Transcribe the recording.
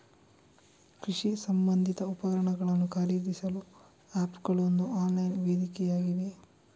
ಕೃಷಿ ಸಂಬಂಧಿತ ಉಪಕರಣಗಳನ್ನು ಖರೀದಿಸಲು ಆಪ್ ಗಳು ಒಂದು ಆನ್ಲೈನ್ ವೇದಿಕೆಯಾಗಿವೆ